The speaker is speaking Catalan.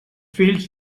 fills